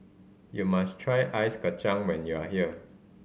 you must try Ice Kachang when you are here